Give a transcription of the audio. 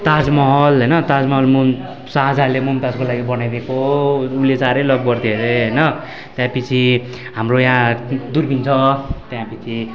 ताजमहल होइन ताजमहल मुम् शाहजहाँले मुमताजको लागि बनाइदिएको उसले सह्रै लभ गर्थ्यो हरे होइन त्यसपछि हाम्रो यहाँ दुर्पिन छ त्यसपछि